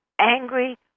angry